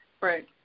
Right